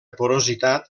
porositat